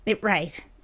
Right